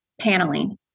paneling